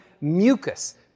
mucus